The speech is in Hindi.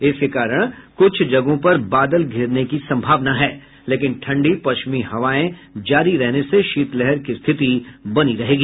इसके कारण कुछ जगहों पर बादल धिरने की संभावना है लेकिन ठंडी पश्चिमी हवाएं जारी रहने से शीतलहर की स्थिति बनी रहेगी